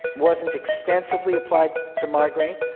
wasn't extensively applied to migraine.